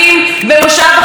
שיתוף הפעולה,